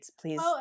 please